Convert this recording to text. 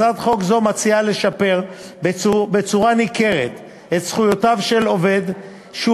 הצעת חוק זו מציעה לשפר בצורה ניכרת את זכויותיו של עובד שהוא